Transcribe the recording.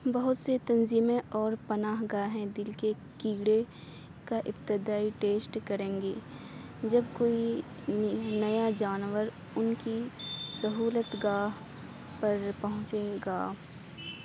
بہت سی تنظیمیں اور پناہ گاہیں دل کے کیڑے کا ابتدائی ٹیسٹ کریں گی جب کوئی نیا جانور ان کی سہولت گاہ پر پہنچے گا